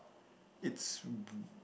it's